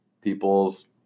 people's